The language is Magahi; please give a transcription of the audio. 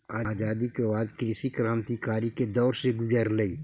आज़ादी के बाद कृषि क्रन्तिकारी के दौर से गुज़ारलई